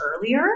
earlier